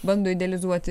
bando idealizuoti